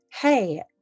hey